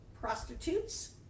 prostitutes